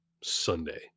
Sunday